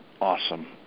Awesome